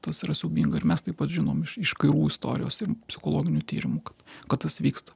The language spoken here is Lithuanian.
tas yra siaubinga ir mes taip pat žinom iš karų istorijos ir psichologinių tyrimų kad kad tas vyksta